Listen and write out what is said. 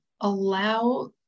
allow